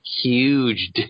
huge